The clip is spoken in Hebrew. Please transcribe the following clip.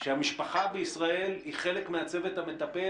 שהמשפחה בישראל היא חלק מהצוות המטפל,